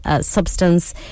substance